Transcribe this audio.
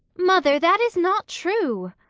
mother, that is not true!